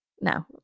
No